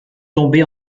tombée